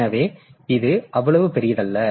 எனவே இது அவ்வளவு பெரியதல்ல